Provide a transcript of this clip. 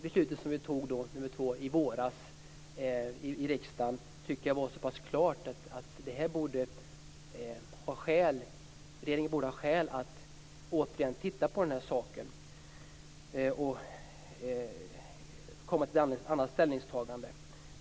Beslutet som vi fattade i våras i riksdagen tycker jag också var så pass klart att det borde finnas skäl för regeringen att återigen titta på detta och komma fram till ett annat ställningstagande.